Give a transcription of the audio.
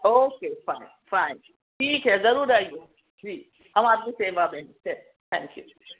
okay fine fine ٹھیک ہے ضرور آئیے جی ہم آپ کی سیوا میں ہیں تھینک یو